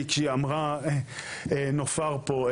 כשאמרה נופר פה,